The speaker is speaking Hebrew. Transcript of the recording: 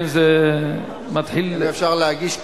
אם אפשר להגיש כיבוד,